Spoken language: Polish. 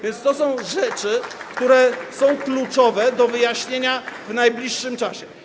Więc to są rzeczy, które są kluczowe do wyjaśnienia w najbliższym czasie.